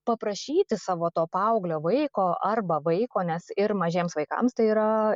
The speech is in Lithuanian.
paprašyti savo to paauglio vaiko arba vaiko nes ir mažiems vaikams tai yra